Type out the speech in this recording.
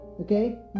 okay